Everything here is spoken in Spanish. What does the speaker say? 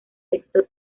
texto